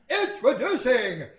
Introducing